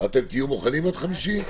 אתם תהיו מוכנים עד חמישי?